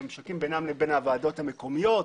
בממשקים בינם לבין הוועדות המקומיות,